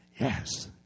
Yes